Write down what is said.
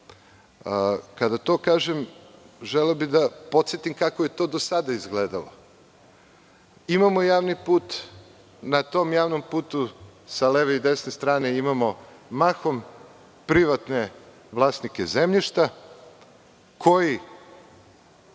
Kada to kažem, želeo bih da podsetim kako je to do sada izgledalo. Imamo javni put, na tom javnom putu sa leve i desne strane imamo mahom privatne vlasnike zemljišta koji